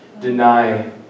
Deny